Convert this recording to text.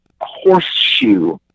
horseshoe